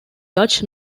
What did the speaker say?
dutch